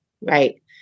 right